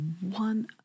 one